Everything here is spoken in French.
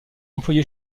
employé